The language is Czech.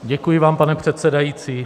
Děkuji vám, pane předsedající.